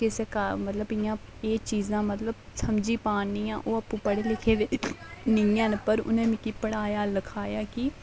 कि इस एह् चीज़ां मतलब आपूं समझी पानियां ओह् आपूं पढ़े लिखे दे निं हैन पर उ'नें मिगी पढ़ाया लिखाया कि